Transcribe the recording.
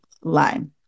line